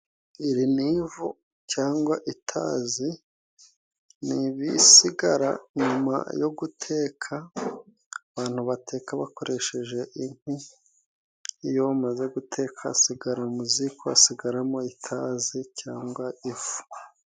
Iri ni ivu cyangwa itazi, ni ibisigara nyuma yo guteka, abantu bateka bakoresheje inkwi, iyo bamaze guteka hasigara mu ziko hasigaramo itazi cyangwa ivu.